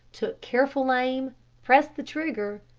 took careful aim, pressed the trigger.